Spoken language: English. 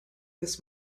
this